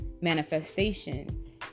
manifestation